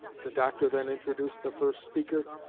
the doctor then introduced the first speaker,